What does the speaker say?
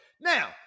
Now